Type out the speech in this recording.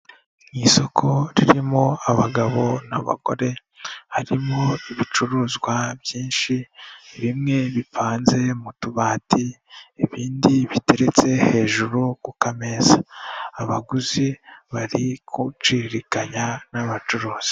Mu isoko ririmo abagabo n'abagore .Harimo ibicuruzwa byinshi bimwe bipanze mu tubati. Ibindi biteretse hejuru ku kameza .Abaguzi bari guciririganya n'abacuruzi.